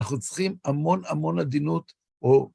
אנחנו צריכים המון המון עדינות.